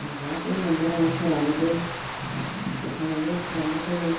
ओं जाहाते मोनबोनानै फोरानोबो गोथाङैबो फिनानैबो दोनो